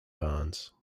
barnes